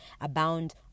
abound